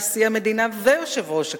נשיא המדינה ויושב-ראש הכנסת,